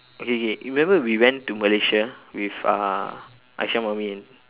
okay okay remember we went to malaysia with uh aisha mermin